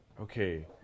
okay